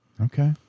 Okay